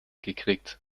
gekriegt